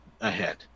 ahead